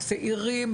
צעירים,